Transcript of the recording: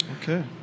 Okay